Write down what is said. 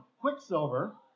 Quicksilver